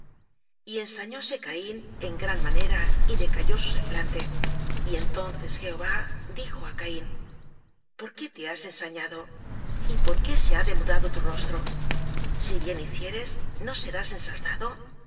sigue leyendo y ensañóse caín en gran manera y deca yó su semblante y entonces jehová dijo a caín por qué te has ensañado y por qué se ha demudado tu rostro si bien hicieres no serás ensalzado